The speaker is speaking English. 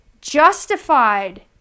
justified